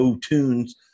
Tunes